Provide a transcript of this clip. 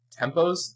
tempos